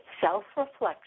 Self-reflection